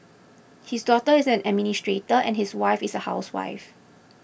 his daughter is an administrator and his wife is a housewife